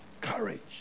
Courage